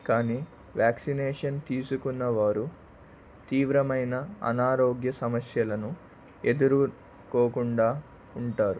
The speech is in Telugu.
కానీ వ్యాక్సినేషన్ తీసుకున్న వారు తీవ్రమైన అనారోగ్య సమస్యలను ఎదుర్కోకుండా ఉంటారు